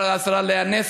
ולפניו סגנית השר לאה נס,